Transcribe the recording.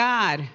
God